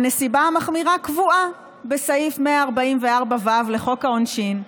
הנסיבה המחמירה קבועה בסעיף 144ו לחוק העונשין,